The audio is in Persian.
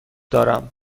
دارم